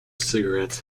cigarettes